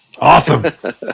Awesome